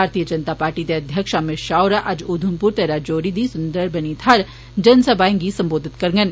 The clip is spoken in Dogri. भारतीय जनता पार्टी दे अध्यक्ष अमित शाह होर अज्ज उघमपुर ते राजौरी दी सुन्दरबनी थाह्र जनसभाएं गी संबोधित करड़न